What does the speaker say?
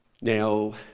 Now